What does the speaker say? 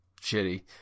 shitty